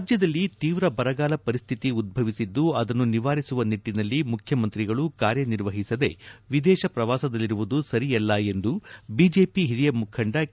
ರಾಜ್ಯದಲ್ಲಿ ತೀವ್ರ ಬರಗಾಲ ಪರಿಸ್ದಿತಿ ಉದ್ಬವಿಸಿದ್ದು ಅದನ್ನು ನಿವಾರಿಸುವ ನಿಟ್ಟಿನಲ್ಲಿ ಮುಖ್ಯಮಂತ್ರಿಗಳು ಕಾರ್ಯನಿರ್ವಹಿಸದೆ ವಿದೇಶಿ ಪ್ರವಾಸದಲ್ಲಿರುವುದು ಸರಿಯಲ್ಲ ಎಂದು ಬಿಜೆಪಿ ಹಿರಿಯ ಮುಖಂದ ಕೆ